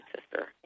sister